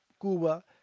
Cuba